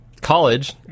college